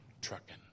trucking